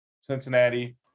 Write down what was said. Cincinnati